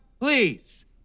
Please